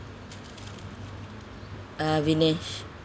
err vinesh